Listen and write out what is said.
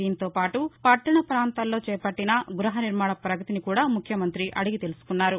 దీంతో పాటు పట్టణ ప్రాంతాల్లో చేపట్టిన గృహనిర్మాణం పగతిని కూడా ముఖ్యమంత్రి అడిగి తెలుసుకున్నారు